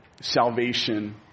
salvation